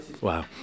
Wow